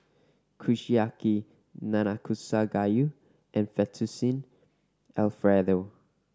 Kushiyaki Nanakusa Gayu and Fettuccine Alfredo